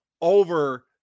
over